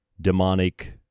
demonic